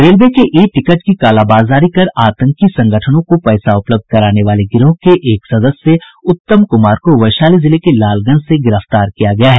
railway के e ticket की कालाबाजारी कर आतंकी संगठनों को पैसा उपलब्ध कराने वाले गिरोह के एक सदस्य उत्तम कुमार को वैशाली जिले के लालगंज से गिरफ्तार किया गया है